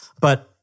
but-